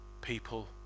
people